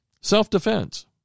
Self-defense